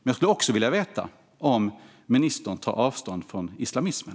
Jag vill också veta om ministern tar avstånd från islamismen.